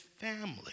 family